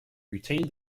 retained